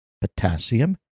potassium